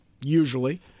usually